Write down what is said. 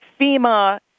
FEMA